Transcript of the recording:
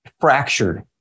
fractured